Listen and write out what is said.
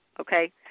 okay